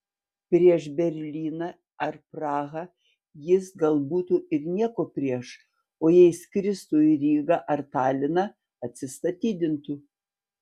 prieš berlyną ar prahą jis gal būtų ir nieko prieš o jei skirtų į rygą ar taliną atsistatydintų